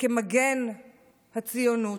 כמגן הציונות,